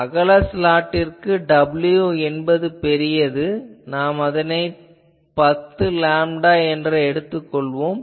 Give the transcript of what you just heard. அகல ஸ்லாட்டிற்கு w என்பது பெரியது நாம் அதனை 10 லேம்டா என்று எடுத்துக் கொள்வோம்